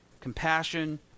Compassion